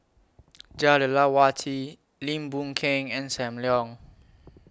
Jah Lelawati Lim Boon Keng and SAM Leong